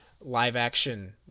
live-action